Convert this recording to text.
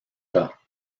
cas